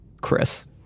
Chris